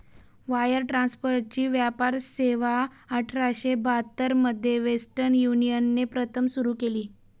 wire ट्रान्सफरची व्यापक सेवाआठराशे बहात्तर मध्ये वेस्टर्न युनियनने प्रथम सुरू केली